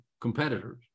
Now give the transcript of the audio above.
competitors